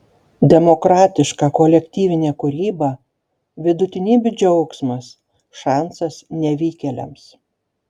demokratiška kolektyvinė kūryba vidutinybių džiaugsmas šansas nevykėliams